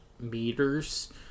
meters